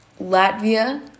Latvia